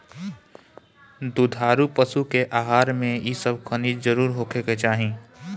दुधारू पशु के आहार में इ सब खनिज जरुर होखे के चाही